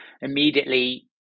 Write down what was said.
immediately